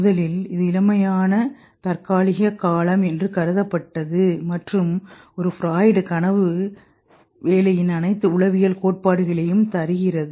முதலில் இது எளிமையான தற்காலிக காலம் என்று கருதப்பட்டது மற்றும் ஒரு பிராய்ட் கனவு வேலையின் அனைத்து உளவியல் கோட்பாடுகளையும் தருகிறது